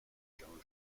jean